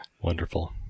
Wonderful